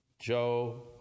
joe